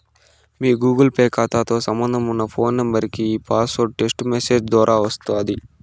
మీ Google Pay కాతాతో సంబంధమున్న phone నెంబరికి ఈ పాస్వార్డు టెస్టు మెసేజ్ దోరా వస్తాది